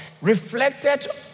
reflected